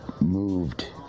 moved